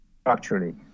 structurally